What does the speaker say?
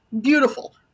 Beautiful